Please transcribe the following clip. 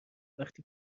وقتی